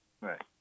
Right